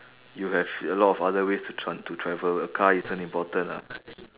you have a lot of other ways to tr~ to travel a car isn't important ah